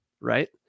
right